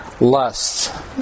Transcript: lusts